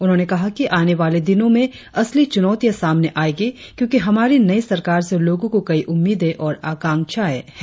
उन्होंने कहा कि आने वाले दिनों में असली चुनौतिया सामने आएगी क्योंकि हमारी नई सरकार से लोगो को कई उम्मीदे और आकांक्षाए है